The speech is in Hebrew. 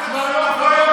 אוי,